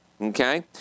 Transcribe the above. okay